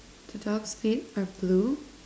the dog's feet are blue